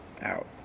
out